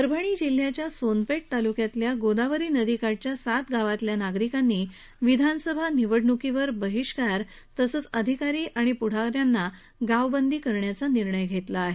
परभणी जिल्ह्याच्या सोनपेठ तालुक्यातल्या गोदावरी नदीकाठच्या सात गावातल्या नागरिकांनी विधानसभा निवडण्कीवर बहिष्कार तसंच अधिकारी आणि प्ढाऱ्यांना गावबंदी करण्याचा निर्णय घेतला आहे